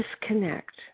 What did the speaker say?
disconnect